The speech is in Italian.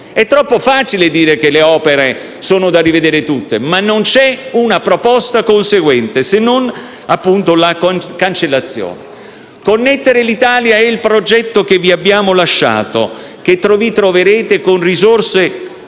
È troppo facile dire che le opere sono da rivedere tutte, ma non c'è una proposta conseguente, se non, appunto, la cancellazione. Connettere l'Italia è il progetto che vi abbiamo lasciato e che ritroverete con risorse